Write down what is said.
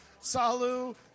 Salu